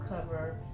cover